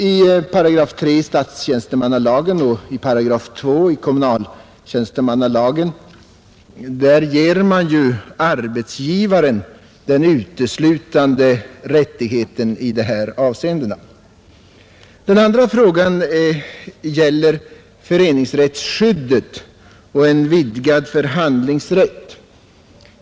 I 3 § statstjänstemannalagen och 2 § kommunaltjänstemannalagen ger man arbetsgivaren den uteslutande rättigheten i dessa avseenden. Den andra frågan gäller föreningsrättsskyddet och en vidgad förhandlingsrätt.